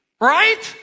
right